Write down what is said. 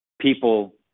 people